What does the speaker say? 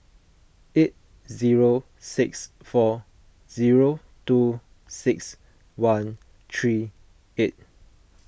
eight zero six four zero two six one three eight